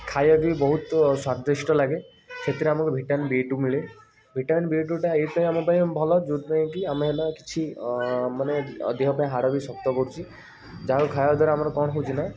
ଖାଇବା ବି ବହୁତ ସ୍ଵାଦିଷ୍ଟ ଲାଗେ ସେଥିରୁ ଆମକୁ ଭିଟାମିନ୍ ବିଟୁ ମିଳେ ଭିଟାମିନ୍ ବିଟୁଟା ଏଇଥିପାଇଁ ଆମ ପାଇଁ ଭଲ ଯେଉଁଥିପାଇଁକି ଆମେ ହେଲା କିଛି ମାନେ ଅଧିକ ପାଇଁ ହାଡ଼ ବି ଶକ୍ତ କରୁଛି ଯାହାକୁ ଖାଇବା ଦ୍ଵାରା ଆମର କ'ଣ ହେଉଛି ନା